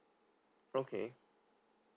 okay